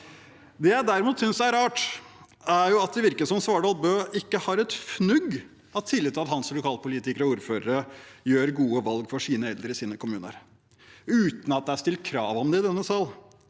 Det jeg derimot synes er rart, er at det virker som Svardal Bøe ikke har et fnugg av tillit til at hans lokalpolitikere og ordførere gjør gode valg for sine eldre i sine kommuner uten at det er stilt krav om det i denne sal.